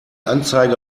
anzeige